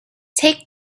take